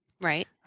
Right